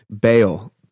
bail